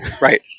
Right